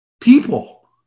people